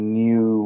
new